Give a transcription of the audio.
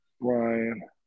Brian